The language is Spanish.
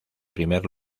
primer